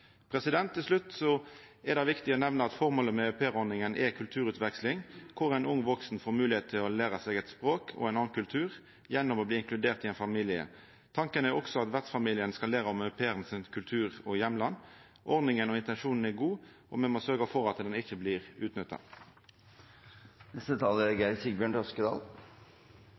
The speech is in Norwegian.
Til slutt er det viktig å nemna at formålet med aupairordninga er kulturutveksling der ein ung vaksen får moglegheit til å læra seg eit språk og ein annan kultur gjennom å bli inkludert i ein familie. Tanken er også at vertsfamilien skal læra om kulturen og heimlandet til au pairen. Ordninga og intensjonen er god, og me må sørgja for at ho ikkje blir utnytta. Kristelig Folkepartis holdning til aupairordningen er